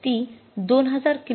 ती २००० कि